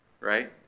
right